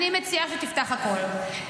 אני מציעה שתפתח הכול.